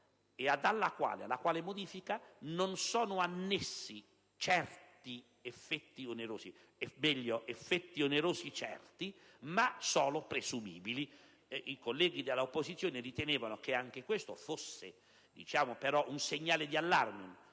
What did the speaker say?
alla quale non sono annessi effetti onerosi certi, ma solo presumibili. I colleghi dell'opposizione ritenevano che anche questo fosse un segnale di allarme